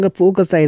focus